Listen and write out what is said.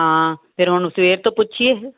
ਹਾਂ ਫਿਰ ਹੁਣ ਸਵੇਰ ਤੋਂ ਪੁੱਛੀਏ